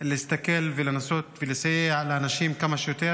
להסתכל ולנסות ולסייע לאנשים כמה שיותר.